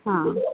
ہاں